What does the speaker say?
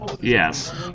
yes